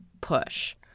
push